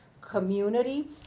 community